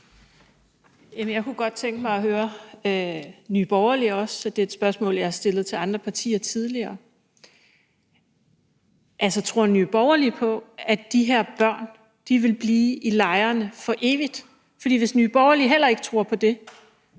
Jeg kunne godt tænke mig også at høre Nye Borgerlige om et spørgsmål, jeg tidligere har stillet til andre partier: Tror Nye Borgerlige på, at de her børn vil blive i lejrene for evigt? For hvis Nye Borgerlige heller ikke tror på det,